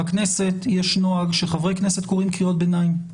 בכנסת יש נוהג שחברי כנסת קוראים קריאות ביניים,